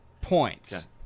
points